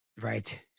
right